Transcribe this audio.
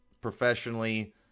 professionally